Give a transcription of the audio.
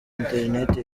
interineti